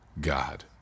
God